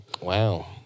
wow